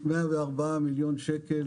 מיליון שקל